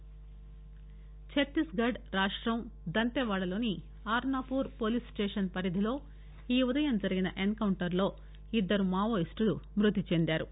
వరంగల్ ఛత్తీస్ఘడ్ రాష్టం దంతెవాడలోని ఆర్నాపూర్ పోలీస్స్టేషన్ పరిధిలో ఈ ఉదయం జరిగిన ఎన్కౌంటర్లో ఇద్దరు మావోయిస్టులు మ్బతిచెందారు